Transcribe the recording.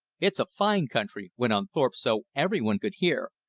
it's a fine country, went on thorpe so everyone could hear,